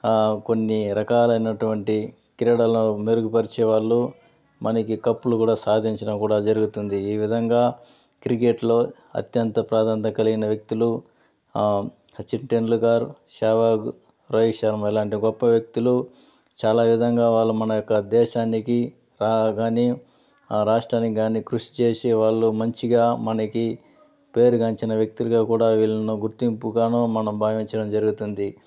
కొన్ని రకాలైనటువంటి క్రీడల్లో మెరుగుపరిచే వాళ్ళు మనకి కప్పులు కూడా సాధించిన కూడా జరుగుతుంది ఈ విధంగా క్రికెట్లో అత్యంత ప్రాధాన్యత కలిగిన వ్యక్తులు చిట్టెన్లు గారు సెహ్వాగ్ రోహిత్ శర్మ ఇలాంటి గొప్ప వ్యక్తులు చాలా విధంగా వాళ్ళు మన యొక్క దేశానికి రాగానే రాష్ట్రానికి కాని కృషి చేసే వాళ్ళు మంచిగా మనకి పేరుగాంచిన వ్యక్తులుగా కూడా వీళ్లను గుర్తింపుగాను మనం భావించడం జరుగుతుంది